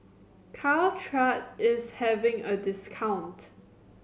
Caltrate is having a discount